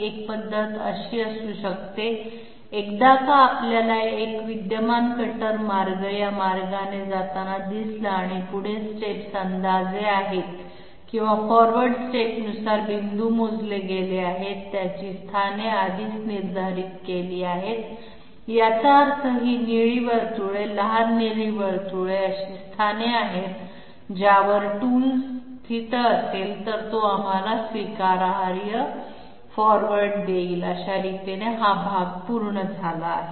एक पद्धत अशी असू शकते एकदा का आपल्याला एक विद्यमान कटर मार्ग या मार्गाने जाताना दिसला आणि पुढे स्टेप्स अंदाजे आहेत किंवा फॉरवर्ड स्टेपनुसार बिंदू मोजले गेले आहेत त्यांची स्थाने आधीच निर्धारित केली आहेत याचा अर्थ ही निळी वर्तुळे लहान निळी वर्तुळे अशी स्थाने आहेत ज्यावर साधन स्थीत असेल तर तो आम्हाला स्वीकारार्ह फॉरवर्ड देईल अशा रीतीने हा भाग पूर्ण झाला आहे